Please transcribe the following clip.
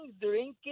drinking